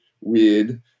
weird